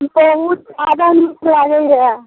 बहूत आधा नीक लागल रहए